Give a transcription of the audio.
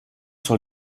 sur